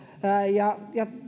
ja ja